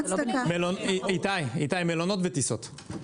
איתי, מלונות וטיסות.